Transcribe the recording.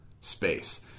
space